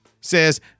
says